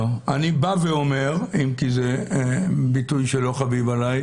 אני בא ואומר אם כי זה ביטוי שלא חביב עלי,